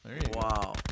Wow